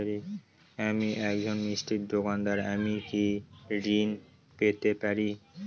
আমি একজন মিষ্টির দোকাদার আমি কি ঋণ পেতে পারি?